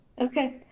Okay